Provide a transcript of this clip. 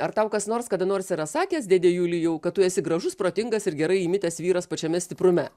ar tau kas nors kada nors yra sakęs dėde julijau kad tu esi gražus protingas ir gerai įmitęs vyras pačiame stiprume